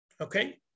Okay